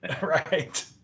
Right